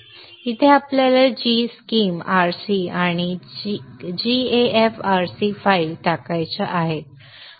इथे आपल्याला g schem rc आणि gaf rc फाईल्स टाकायच्या आहेत